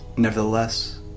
Nevertheless